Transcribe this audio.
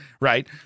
right